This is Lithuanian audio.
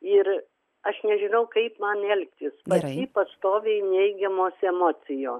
ir aš nežinau kaip man elgtis pas jį stoviai neigiamos emocijos